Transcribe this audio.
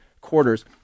quarters